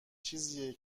چیزیه